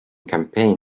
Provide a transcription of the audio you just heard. campaign